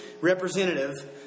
representative